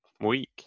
week